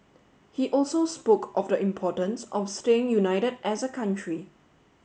he also spoke of the importance of staying united as a country